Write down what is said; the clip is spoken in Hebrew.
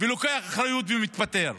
ולוקח אחריות ומתפטר.